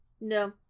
No